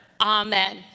Amen